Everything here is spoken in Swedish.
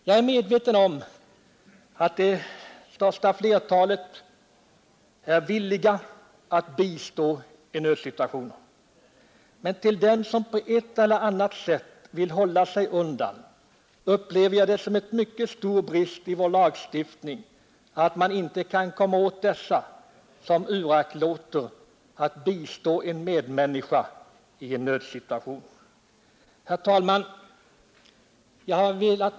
Jag är medveten om att det — Personundersökning största flertalet människor är villiga att bistå i nödsituationer, men jag «Och rättspsykiatriskt upplever det som en mycket stor brist i vår lagstiftning att man inte kan utlåtande vid huvudkomma åt dem som uraktlåter att bistå en medmänniska i en nödsitua = förhandling i tion.